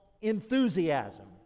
enthusiasm